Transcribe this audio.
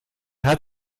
hat